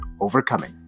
overcoming